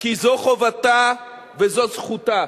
כי זו חובתה וזו זכותה.